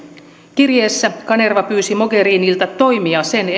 kirjeessä kanerva pyysi mogherinilta toimia sen